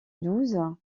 douze